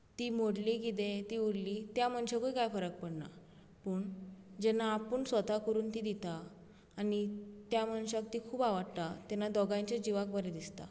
ती मोडली कितें ती उरली त्या मनशाकूय काय फरक पडना पूण जेन्ना आपूण स्वता करून ती दिता आनी त्या मनशाक ती खूब आवडटा तेन्ना दोगांयच्या जिवाक बरें दिसता